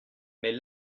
mais